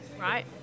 right